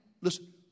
Listen